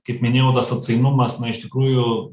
kaip minėjau tas atsainumas iš tikrųjų